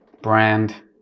Brand